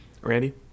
Randy